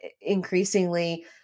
increasingly